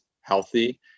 healthy